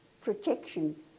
protection